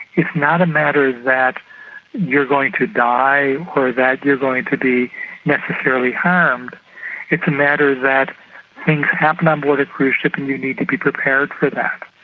it's not a matter that you're going to die or that you're going to be necessarily harmed it's a matter that things happen on board a cruise ship and you need to be prepared for that.